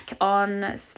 on